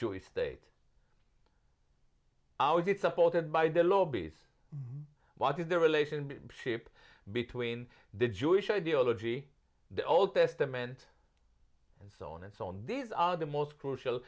jewish state ours is supported by the lobbies what is the relationship between the jewish ideology the old testament and so on and so on these are the most crucial